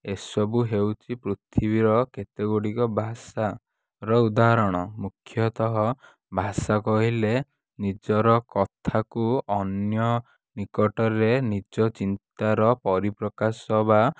ଏ ସବୁ ହେଉଛି ପୃଥିବୀର କେତେଗୁଡ଼ିକ ଭାଷାର ଉଦାହରଣ ମୁଖ୍ୟତଃ ଭାଷା କହିଲେ ନିଜର କଥାକୁ ଅନ୍ୟ ନିକଟରେ ନିଜ ଚିନ୍ତାର ପରିପ୍ରକାଶ ବା